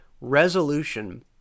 resolution